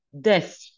death